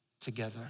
together